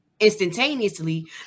Instantaneously